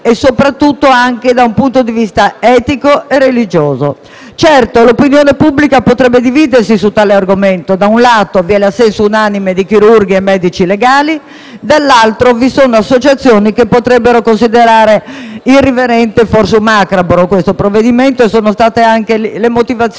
soprattutto da un punto di vista etico e religioso. Certo, l'opinione pubblica potrebbe dividersi su tale argomento: da un lato, vi è l'assenso unanime di chirurghi e medici legali; dall'altro, vi sono associazioni che potrebbero considerare irriverente, forse macabro, questo provvedimento, che forse è il motivo